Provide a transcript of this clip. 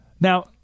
Now